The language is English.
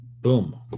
boom